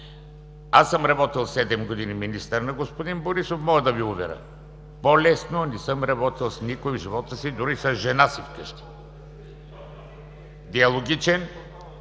Аз съм работил седем години като министър на господин Борисов и мога да Ви уверя: по-лесно не съм работил с никой в живота си, дори с жена си вкъщи. Диалогичен,